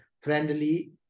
friendly